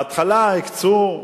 בהתחלה הקצו.